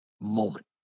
moment